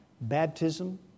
baptism